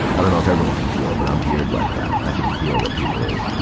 i don't know if everyone can feel it but i'm geared like that, i can feel what people are.